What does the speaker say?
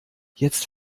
jetzt